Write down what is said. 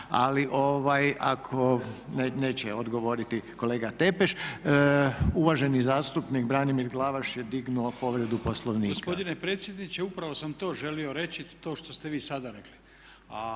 itd. Evo neće odgovoriti kolega Tepeš. Uvaženi zastupnik Branimir Glavaš je dignuo povredu Poslovnika. **Glavaš, Branimir (HDSSB)** Gospodine predsjedniče upravo sam to želio reći, to što ste vi sada rekli.